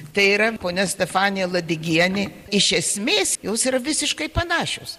tai yra ponia stefanija ladigienė iš esmės jos yra visiškai panašios